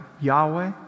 Yahweh